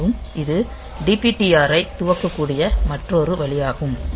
மேலும் இது DPTR ஐ துவக்கக்கூடிய மற்றொரு வழியாகும்